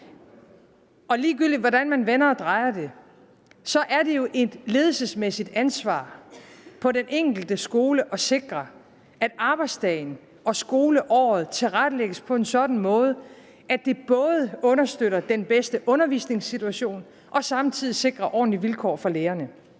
Ligegyldigt, hvordan man vender og drejer det, er det jo et ledelsesmæssigt ansvar på den enkelte skole at sikre, at arbejdsdagen og skoleåret tilrettelægges på en sådan måde, at det både understøtter den bedste undervisningssituation og samtidig sikrer ordentlige vilkår for lærerne.